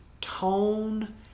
Tone